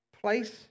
place